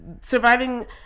surviving